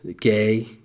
gay